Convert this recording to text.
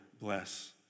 bless